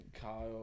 Kyle